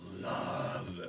love